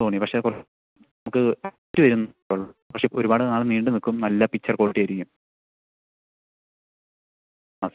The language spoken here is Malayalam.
സോണി പക്ഷെ കുറച്ച് നമുക്ക് റേറ്റ് വരും പക്ഷെ ഇപ്പോൾ ഒരുപാട് നാൾ നീണ്ട് നിൽക്കും നല്ല പിക്ച്ചർ ക്വാളിറ്റി ആയിരിക്കും അതെ